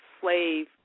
slave